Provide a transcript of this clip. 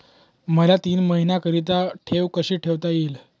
मला तीन महिन्याकरिता ठेव कशी ठेवता येईल?